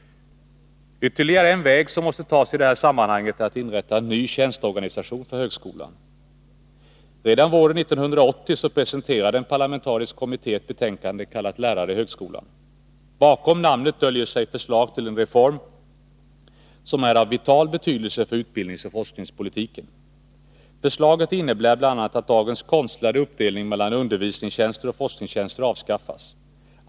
Ytterligare en väg som måste tas i det här sammahanget är att inrätta en ny tjänsteorganisation för högskolan. Redan våren 1980 presenterade en parlamentarisk kommitté ett betänkande kallat Lärare i högskolan. Bakom namnet döljer sig förslag till en reform som är av vital betydelse för utbildningsoch forskningspolitiken. Förslaget innebär bl.a. att dagens konstlade uppdelning mellan undervisningstjänster och forskningstjänster avskaffas.